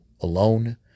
alone